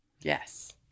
Yes